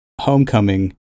Homecoming